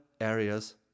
areas